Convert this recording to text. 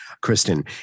Kristen